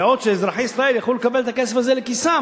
שעה שאזרחי ישראל היו יכולים לקבל את הכסף הזה לכיסם,